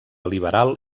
liberal